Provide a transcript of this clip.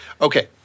Okay